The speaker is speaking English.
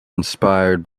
inspired